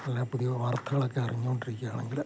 നല്ല പുതിയ വാർത്തകളൊക്കെ അറിഞ്ഞു കൊണ്ടിരിക്കുക ആണെങ്കിൽ